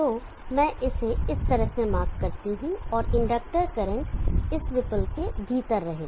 तो मैं इसे इस तरह मार्क करता हूं और इंडक्टर करंट इस रिपल के भीतर रहेगा